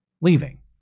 leaving